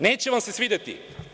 Neće vam se svideti.